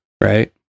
right